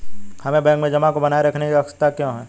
हमें बैंक में जमा को बनाए रखने की आवश्यकता क्यों है?